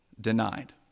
denied